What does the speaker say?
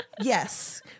Yes